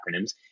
acronyms